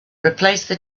replace